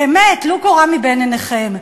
באמת, טלו קורה מבין עיניכם.